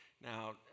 Now